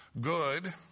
good